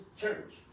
church